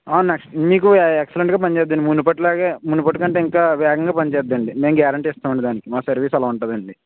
మీకు ఎక్సలెంట్గా పని చేస్తుంది అండీ మునుపటిలాగే మునిపటికంటే ఇంకా వేగంగా పని చేస్తుందండి మేము గ్యారంటీ ఇస్తామండీ దానికి మా సర్వీస్ అలా ఉంటుందండి